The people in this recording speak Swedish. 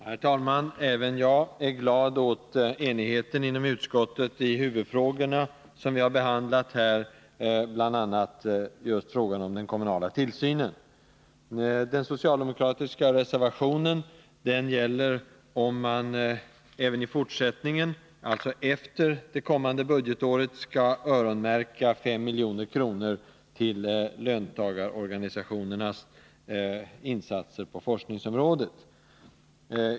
Herr talman! Även jag är glad åt enigheten inom utskottet i huvudfrågorna, bl.a. i frågan om den kommunala tillsynen. Den socialdemokratiska reservationen gäller huruvida man även i fortsättningen, alltså efter det kommande budgetåret, skall öronmärka S milj.kr. till löntagarorganisationernas insatser på forskningsområdet.